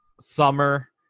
summer